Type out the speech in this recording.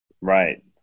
Right